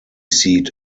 seat